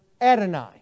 Adonai